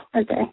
okay